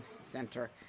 Center